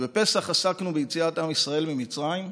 בפסח עסקנו ביציאת עם ישראל ממצרים,